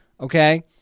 Okay